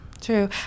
True